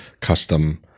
custom